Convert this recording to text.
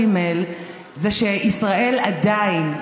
ג' זה שישראל עדיין,